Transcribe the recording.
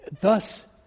thus